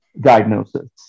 diagnosis